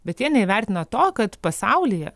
bet jie neįvertina to kad pasaulyje